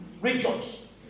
Rejoice